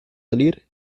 salir